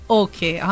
okay